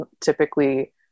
typically